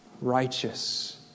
righteous